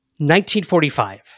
1945